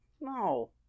no